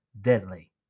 deadly